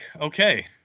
okay